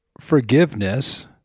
forgiveness